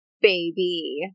baby